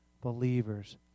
believers